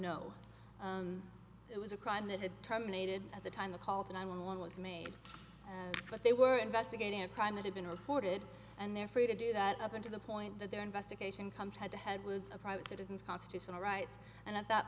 no it was a crime that had terminated at the time the call to nine one was made but they were investigating a crime that had been recorded and they're free to do that up until the point that their investigation comes head to head with a private citizens constitutional rights and at that